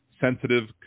sensitive